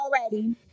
already